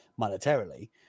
monetarily